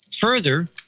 Further